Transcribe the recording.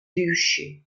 riuscì